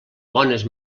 bones